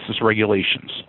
regulations